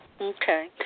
Okay